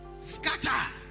scatter